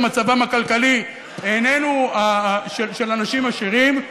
מצבם הכלכלי איננו של אנשים עשירים.